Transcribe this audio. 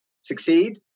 succeed